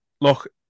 look